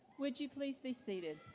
would you please be seated